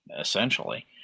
essentially